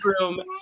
room